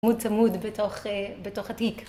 צמוד צמוד בתוך אה... בתוך התיק.